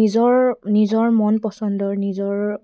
নিজৰ নিজৰ মন পচন্দৰ নিজৰ